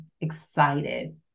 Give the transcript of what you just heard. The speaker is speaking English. excited